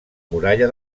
muralla